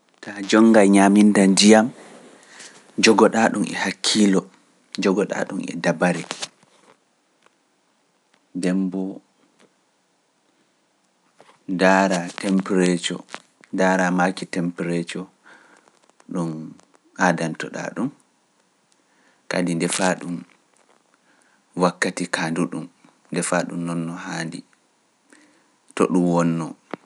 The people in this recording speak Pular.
Ta jonnga ñaminta njiyam, jogoɗa ɗum e hakkiilo, jogoɗa ɗum e dabare, demboo, daara, tempereejo, daaramaaki tempereejo ɗum aadantoɗa ɗum, kadi ndefa ɗum wakkati kaandu ɗum, ndefa ɗum non no haandi, to ɗum wonnoo.